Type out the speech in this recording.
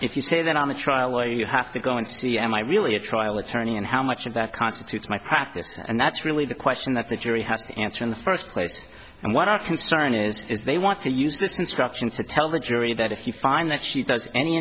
if you say that i'm a trial lawyer you have to go and see am i really a trial attorney and how much of that constitutes my practice and that's really the question that the jury has to answer in the first place and what our concern is is they want to use this instruction to tell the jury that if you find that she does any